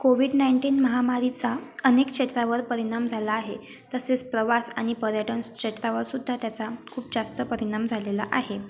Covid nineteen महामारीचा अनेक क्षेत्रावर परिणाम झाला आहे तसेस प्रवास आणि पर्यटन क्षेत्रावरसुद्धा त्याचा खूप जास्त परिणाम झालेला आहे